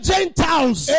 Gentiles